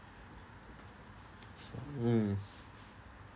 mm